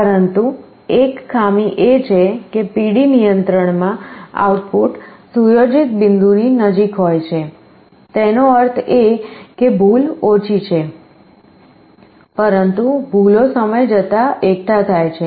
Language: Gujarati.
પરંતુ એક ખામી એ છે કે PD નિયંત્રણમાં આઉટપુટ સુયોજિત બિંદુની નજીક જાય છે તેનો અર્થ એ કે ભૂલ ઓછી છે પરંતુ ભૂલો સમય જતાં એકઠા થાય છે